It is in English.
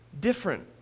different